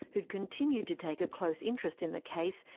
who'd continued to take a close interest in the case,